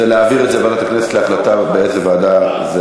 זה להעביר את זה לוועדת הכנסת להחלטה באיזו ועדה זה